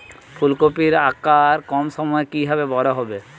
ফুলকপির আকার কম সময়ে কিভাবে বড় হবে?